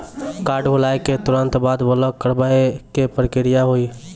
Card भुलाए के तुरंत बाद ब्लॉक करवाए के का प्रक्रिया हुई?